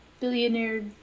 Billionaire